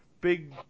big